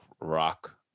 rock